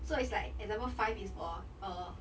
so it's like example five is for uh